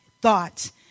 thoughts